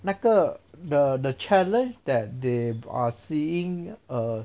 那个 the the challenge that they are seeing err